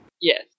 yes